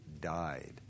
died